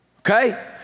okay